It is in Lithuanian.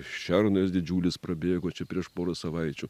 šernas didžiulis prabėgo čia prieš porą savaičių